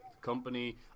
company